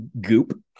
goop